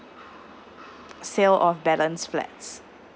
sale of balance flats